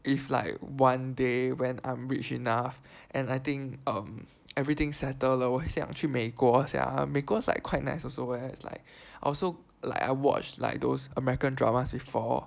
if like one day when I'm rich enough and I think um everything settle 了我很想去美国 sia 美国 like quite nice also leh is like also like I watch like those American dramas before